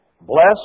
Bless